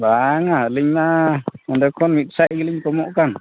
ᱵᱟᱝᱼᱟ ᱟᱹᱞᱤᱧᱢᱟ ᱚᱸᱰᱮ ᱠᱷᱚᱱ ᱢᱤᱫᱥᱟᱭ ᱜᱮᱞᱤᱧ ᱠᱚᱢᱚᱜ ᱠᱟᱱ